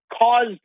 caused